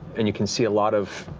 and you can see a lot of,